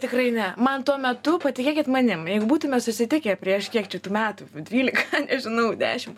tikrai ne man tuo metu patikėkit manim jeigu būtume susitikę prieš kiek čia tų metų dvylika žinau dešim